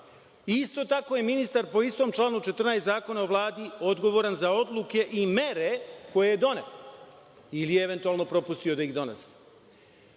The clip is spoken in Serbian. Isto tako je i ministar po istom članu 14. Zakona o Vladi odgovoran za odluke i mere koje je doneo, ili eventualno propustio da ih donese.U